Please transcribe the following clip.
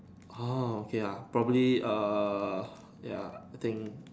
orh okay lah probably err ya I think